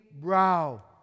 brow